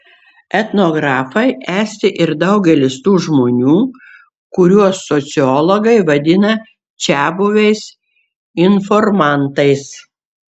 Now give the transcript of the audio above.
etnografai esti ir daugelis tų žmonių kuriuos sociologai vadina čiabuviais informantais